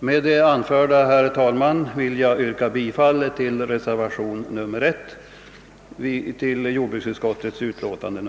Med det anförda, herr talman, vill jag yrka bifall till reservationen.